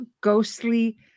ghostly